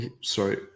sorry